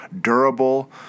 durable